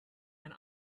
and